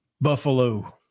Buffalo